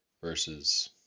versus